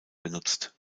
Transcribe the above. genutzt